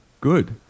Good